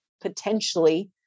potentially